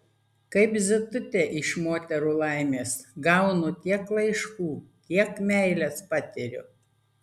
kaip zitutė iš moterų laimės gaunu tiek laiškų tiek meilės patiriu